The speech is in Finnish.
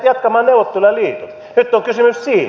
nyt on kysymys siitä